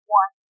one